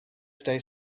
stay